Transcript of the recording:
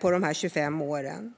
på de här 25 åren.